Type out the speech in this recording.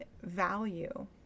value